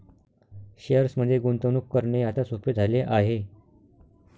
शेअर्समध्ये गुंतवणूक करणे आता सोपे झाले आहे